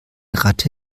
ratte